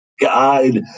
guide